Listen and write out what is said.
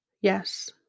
Yes